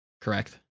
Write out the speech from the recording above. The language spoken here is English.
correct